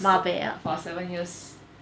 not bad ah